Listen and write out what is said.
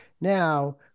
now